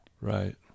Right